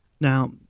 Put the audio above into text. Now